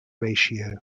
ratio